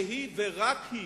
שהיא ורק היא